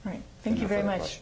right thank you very much